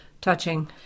touching